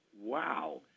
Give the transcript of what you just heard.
wow